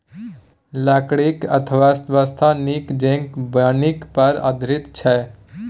लकड़ीक अर्थव्यवस्था नीक जेंका वानिकी पर आधारित छै